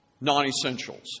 non-essentials